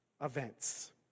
events